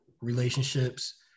relationships